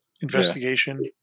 investigation